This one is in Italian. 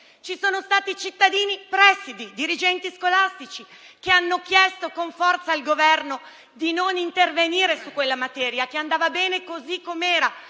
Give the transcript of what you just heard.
indietro. Cittadini presidi, dirigenti scolastici hanno chiesto con forza al Governo di non intervenire su quella materia che andava bene così com'era,